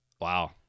Wow